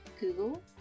Google